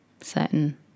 certain